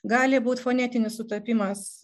gali būti fonetinis sutapimas